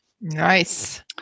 Nice